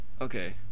Okay